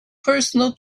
personal